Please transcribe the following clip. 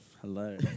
hello